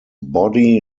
body